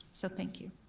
so thank you.